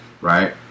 right